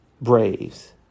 Braves